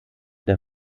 der